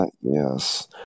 yes